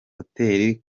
hoteli